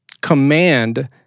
command